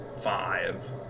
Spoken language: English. five